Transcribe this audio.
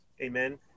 Amen